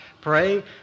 pray